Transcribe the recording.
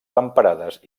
temperades